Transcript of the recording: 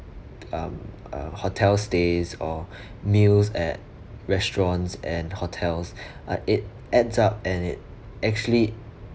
um uh hotel stays or meals at restaurants and hotels uh it adds up and it actually